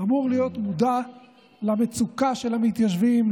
אמור להיות מודע למצוקה של המתיישבים,